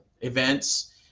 events